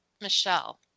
Michelle